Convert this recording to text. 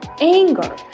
anger